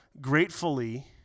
gratefully